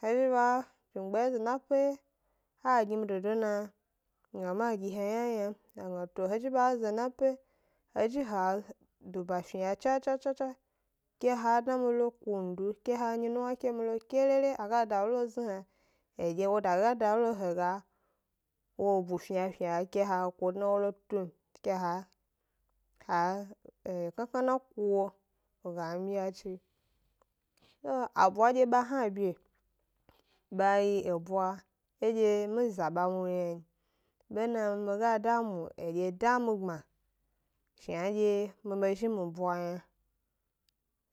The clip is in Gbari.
He zhi ba jnungba dye zo 'na pe, ha gi mi dodo na, mi gna mi agi he ynayna m, a ga gna to he zhi ba zo 'na pe, he zhi ha duba fniya chachachacha, ke ha dna mi lo kundu ke ha enyi nuwna ke mi lo kerere, a ga da lo zhni hna, edye wo dageyi a da lo he ga wo ebu fniya ha eko dna wo lo tum, ke ha ha e knaknana ku wo wo ga myiya chi, so abwa ba hna bye, ba yi ebwa ndye mi za ba mu m yna n, bena ndye mi ga da mu edye da mi gbma, shnadye mi be zhi mi bwa yna.